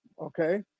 Okay